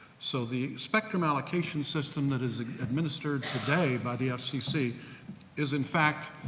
so the spectrum allocation system that is administered today by the ah fcc is, in fact,